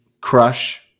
crush